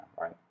right